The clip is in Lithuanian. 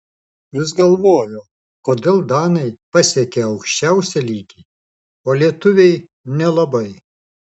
vis galvoju kodėl danai pasiekią aukščiausią lygį o lietuviai nelabai